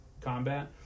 combat